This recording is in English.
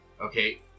Okay